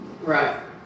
Right